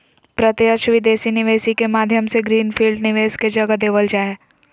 प्रत्यक्ष विदेशी निवेश के माध्यम से ग्रीन फील्ड निवेश के जगह देवल जा हय